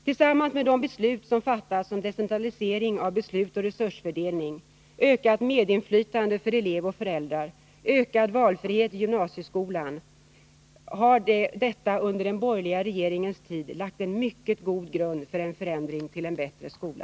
Tillsammans med vad som fastställts när det gäller t.ex. decentralisering av beslut och resursfördelning, ökat medinflytande för elev och föräldrar samt ökad valfrihet i gymnasieskolan har detta under den borgerliga regeringens tid lagt en mycket god grund för en förändring till en bättre skola.